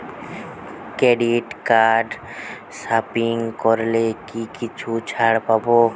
Credit কার্ডে shopping করলে কি কিছু ছাড় পাব?